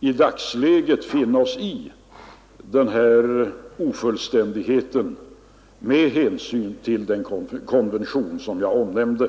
i dagsläget finna oss i den här ofullständigheten med hänsyn till den konvention som jag omnämnde.